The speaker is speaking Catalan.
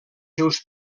seus